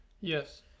Yes